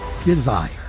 desire